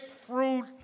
fruit